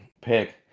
pick